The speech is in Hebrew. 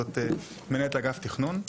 זאת מנהלת אגף תכנון,